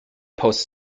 post